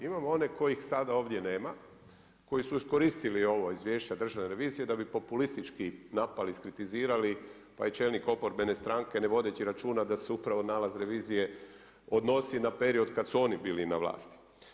Imamo one koje sada ovdje nema, koji su iskoristili ovo izvješće Državne revizije, da bi populistički napali, iskritizirali, pa je čelnik oporbene stranke, ne vodeći računa, da se upravo nalaz revizije odnosi na period kad su oni bili na vlasti.